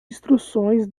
instruções